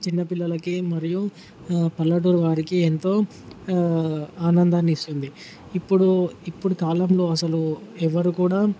చిన్నపిల్లలకి మరియు పల్లెటూరు వారికి ఎంతో ఆనందాన్ని ఇస్తుంది ఇప్పుడు ఇప్పుడు కాలంలో అసలు ఎవరు కూడా